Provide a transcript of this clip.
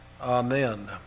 Amen